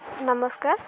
ନମସ୍କାର